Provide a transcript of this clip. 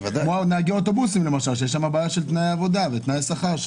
כמו במקרה של נהגי אוטובוסים שיש בעיה של תנאי עבודה ותנאי שכר.